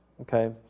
Okay